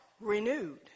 renewed